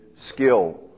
skill